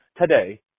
today